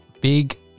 big